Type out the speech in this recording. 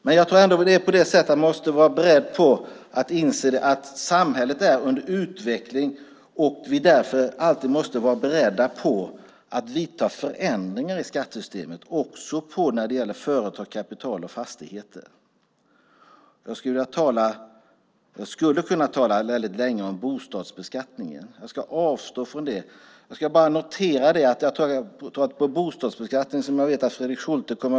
Men jag tror ändå att man måste vara beredd att inse att samhället är under utveckling och att vi därför alltid måste vara beredda att vidta förändringar i skattesystemet, också när det gäller företag, kapital och fastigheter. Jag skulle kunna tala väldigt länge om bostadsbeskattningen, som jag vet att Fredrik Schulte kommer att gå närmare in på sedan. Jag ska avstå från det.